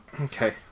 Okay